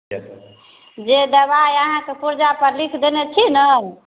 जे दवाइ अहाँके पुर्जापर लिख देने छी ने